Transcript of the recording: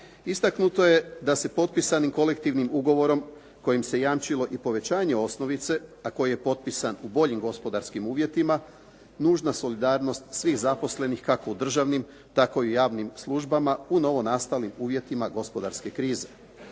Istaknuto je da se potpisanim kolektivnim ugovorom kojim se jamčilo i povećanje osnovice, a koji je potpisan u boljim gospodarskim uvjetima nužna solidarnost svih zaposlenih kako u državnim, tako i u javnim službama u novonastalim uvjetima gospodarske krize.